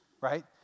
Right